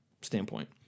standpoint